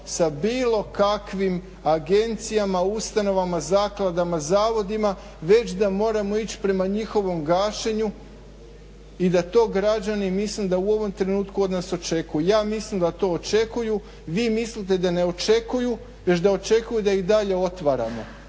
sa bilo kakvim agencijama, ustanovama, zakladama, zavodima već da moramo ići prema njihovom gašenju i da to građani mislim u ovom trenutku od nas očekuju. Ja mislim da to očekuju, vi mislite da ne očekuju već da očekuju i da i dalje otvaramo.